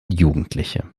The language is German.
jugendliche